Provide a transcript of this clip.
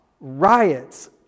riots